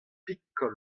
pikol